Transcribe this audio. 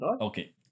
Okay